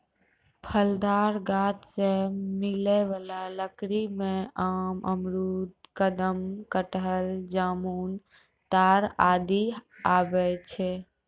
फलदार गाछ सें मिलै वाला लकड़ी में आम, अमरूद, कदम, कटहल, जामुन, ताड़ आदि आवै छै